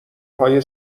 های